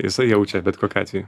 jisai jaučia bet kokiu atveju